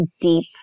deep